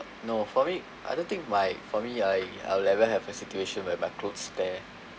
no for me I don't think my for me I I'll never have a situation where my clothes tear